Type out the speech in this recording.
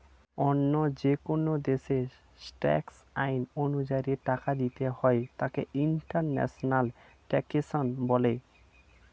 অন্য যেকোন দেশের ট্যাক্স আইন অনুযায়ী টাকা দিতে হলে তাকে ইন্টারন্যাশনাল ট্যাক্সেশন বলে